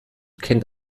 kennt